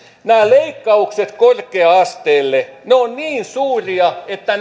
nämä leikkaukset korkea asteelle ovat niin suuria että